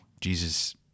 Jesus